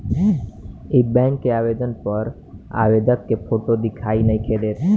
इ बैक के आवेदन पत्र पर आवेदक के फोटो दिखाई नइखे देत